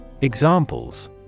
Examples